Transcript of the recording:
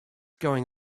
going